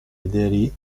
aderì